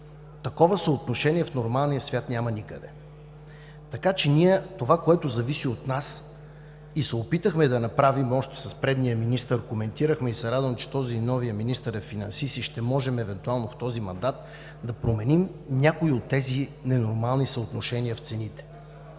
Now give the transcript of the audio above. Такова съотношение в нормалния свят няма никъде! Така че ние, това което зависи от нас и се опитахме да направим, още с предния министър коментирахме и се радвам, че този – новият министър, е финансист и ще можем, евентуално в този мандат, да променим някои от тези ненормални съотношения в цените.